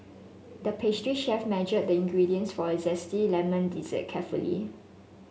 the pastry chef measured the ingredients for a zesty lemon dessert carefully